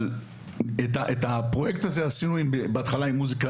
את הפרויקט הזה עשינו בהתחלה עם מוזיקה